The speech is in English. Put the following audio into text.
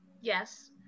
Yes